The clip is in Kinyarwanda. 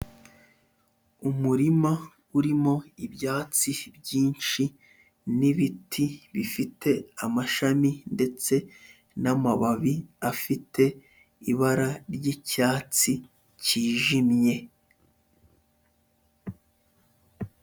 Umurima urimo ibyatsi byinshi n'ibiti bifite amashami ndetse n'amababi afite ibara ry'icyatsi kijimye.